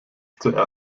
zur